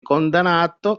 condannato